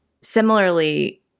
Similarly